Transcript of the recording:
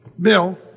Bill